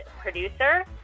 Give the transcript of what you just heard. producer